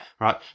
right